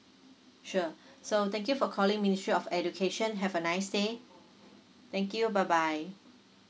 sure so thank you for calling ministry of education have a nice day thank you bye bye